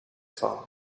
van